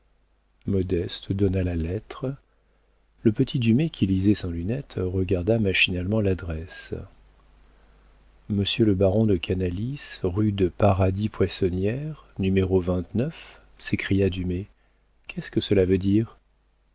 modeste donna la lettre le petit dumay qui lisait sans lunettes regarda machinalement l'adresse monsieur le baron de canalis rue de paradis poissonnière s'écria dumay qu'est-ce que cela veut dire